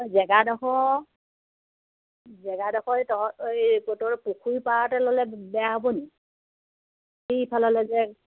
জেগাডোখৰ জেগাডোখৰ এই এই তোহঁতৰ পুখুৰী পাৰতে ল'লে বেয়া হ'ব নি সেই ফাললে যে